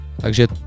Takže